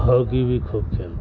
hockey بھی خوب کھیلتے ہیں